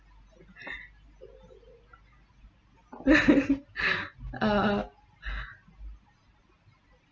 uh